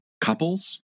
couples